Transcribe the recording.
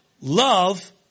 Love